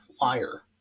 liar